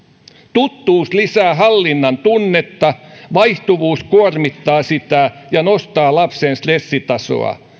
tuttuus lisää hallinnan tunnetta vaihtuvuus kuormittaa sitä ja nostaa lapsen stressitasoa